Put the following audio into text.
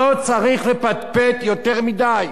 לא צריך לפטפט יותר מדי.